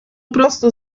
prostu